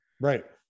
Right